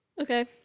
okay